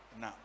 no